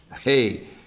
Hey